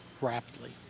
rapidly